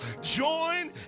Join